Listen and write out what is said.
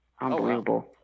Unbelievable